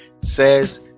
says